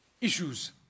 issues